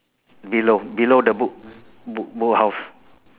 below below the book book book house